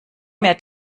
mehr